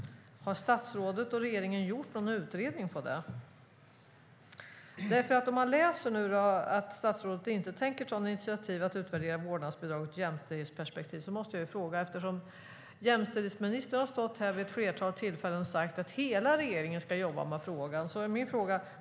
Har statsrådet och regeringen tillsatt någon utredning om det? Jag läser i svaret att statsrådet inte tänker ta något initiativ för att utvärdera vårdnadsbidraget ur ett jämställdhetsperspektiv. Jämställdhetsministern har varit här vid ett flertal tillfällen och sagt att hela regeringen ska jobba med frågan.